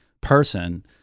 person